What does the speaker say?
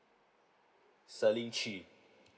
celine chee